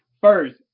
First